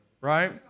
right